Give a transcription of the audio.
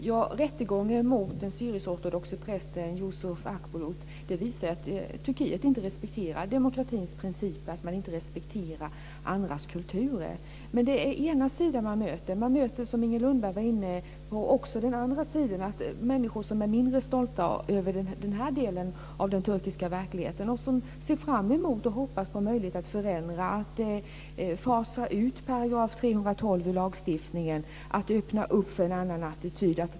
Fru talman! Rättegången mot den syrisk-ortodoxe prästen Yusuf Akbulut visar att Turkiet inte respekterar demokratins principer och att man inte respekterar andras kulturer. Men det är den ena sidan som man möter. Man möter, som Inger Lundberg var inne på, också den andra sidan, människor som är mindre stolta över den här delen av den turkiska verkligheten och som ser fram emot och hoppas på en möjlighet att förändra, att man ska fasa ut § 312 ur lagstiftningen och att man ska öppna för en annan attityd.